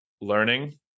learning